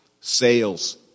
sales